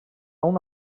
una